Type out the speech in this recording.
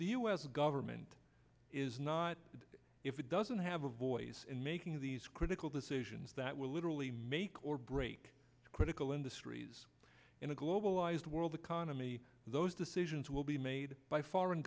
the u s government is not if it doesn't have a voice in making these critical decisions that will literally make or break the critical industry in a globalized world economy those decisions will be made by foreign